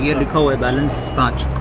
yeah coca-cola but is